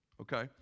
Okay